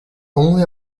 only